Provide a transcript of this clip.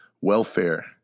welfare